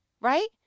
right